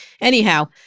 Anyhow